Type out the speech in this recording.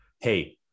hey